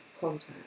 contact